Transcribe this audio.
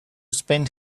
spend